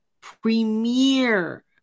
premier